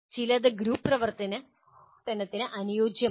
ചിലത് ഗ്രൂപ്പ് പ്രവർത്തനത്തിന് അനുയോജ്യമല്ല